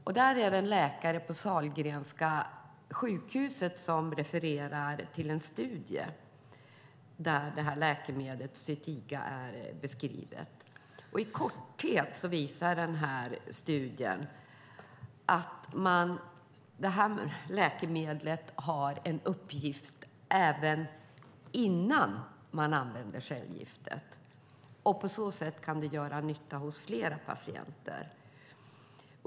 Där refererar en läkare från Sahlgrenska Universitetssjukhuset till en studie där läkemedlet Zytiga beskrivs. I korthet visar denna studie att detta läkemedel har en uppgift även innan man använder cellgift. På så sätt kan det göra nytta hos fler patienter.